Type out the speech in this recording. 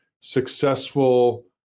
successful